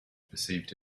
perceived